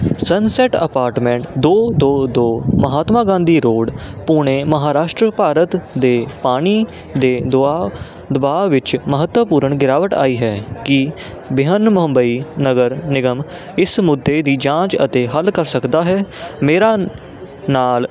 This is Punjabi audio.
ਸੰਨਸੈਟ ਅਪਾਰਟਮੈਂਟ ਦੋ ਦੋ ਦੋ ਮਹਾਤਮਾ ਗਾਂਧੀ ਰੋਡ ਪੁਣੇ ਮਹਾਰਾਸ਼ਟਰ ਭਾਰਤ ਦੇ ਪਾਣੀ ਦੇ ਦੁਆ ਦਬਾਅ ਵਿੱਚ ਮਹੱਤਵਪੂਰਨ ਗਿਰਾਵਟ ਆਈ ਹੈ ਕੀ ਬ੍ਰਿਹਨ ਮੁੰਬਈ ਨਗਰ ਨਿਗਮ ਇਸ ਮੁੱਦੇ ਦੀ ਜਾਂਚ ਅਤੇ ਹੱਲ ਕਰ ਸਕਦਾ ਹੈ ਮੇਰਾ ਨਾਲ